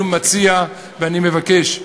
אני מציע ואני מבקש.